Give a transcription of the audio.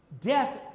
Death